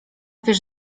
wiesz